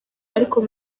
ariko